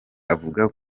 avuga